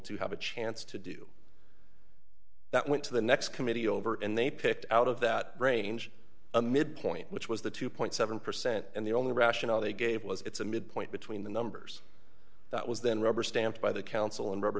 to have a chance to do that went to the next committee over and they picked out of that range a mid point which was the two point seven percent and the only rationale they gave was it's a midpoint between the numbers that was then rubber stamped by the council and rubber